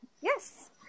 yes